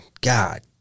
God